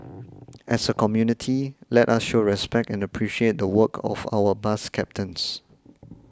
as a community let us show respect and appreciate the work of our bus captains